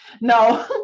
No